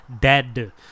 dead